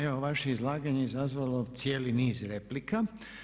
Evo vaše izlaganje izazvalo je cijeli niz replika.